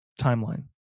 timeline